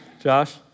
Josh